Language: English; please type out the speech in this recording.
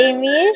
Amy